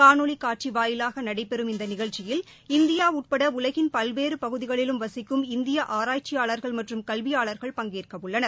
காணொலி காட்சி வாயிலாக நடைபெறும் இந்த நிகழ்ச்சியில் இந்தியா உட்பட உலகின் பல்வேறு பகுதிகளிலும் வசிக்கும் இந்திய ஆராய்ச்சியாளர்கள் மற்றும் கல்வியாளர்கள் பங்கேற்க உள்ளனர்